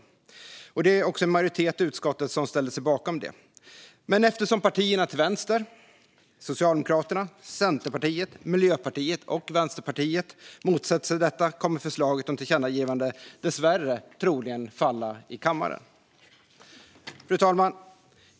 Detta har också en majoritet i utskottet ställt sig bakom. Men eftersom partierna till vänster - Socialdemokraterna, Centerpartiet, Miljöpartiet och Vänsterpartiet - motsätter sig detta kommer förslaget till tillkännagivande dessvärre troligen att falla i kammaren. Fru talman!